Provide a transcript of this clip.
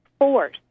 force